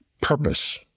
Purpose